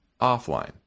offline